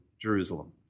Jerusalem